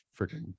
freaking